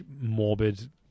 morbid